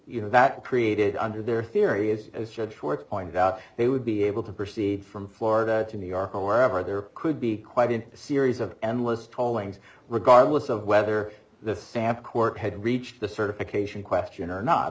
you know that created under their theory is as should short point out they would be able to proceed from florida to new york or wherever there could be quite a series of endless tolling regardless of whether the samp court had reached the certification question or not